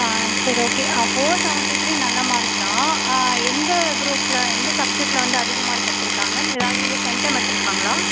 ஆ சரி okay four seventy three நல்ல mark தான் எந்த குரூப்ல எந்த சப்ஜெக்ட்ல வந்து அதிக மார்க் எடுத்திருக்காங்க ஏதாவுது இதில் சென்டம் எடுத்திருக்காங்ளா